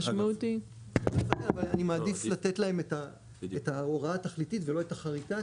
אני מעדיף לתת להם את ההוראה התכליתית ולא את החריטה,